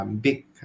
big